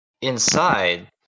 inside